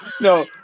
no